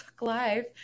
live